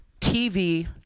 TV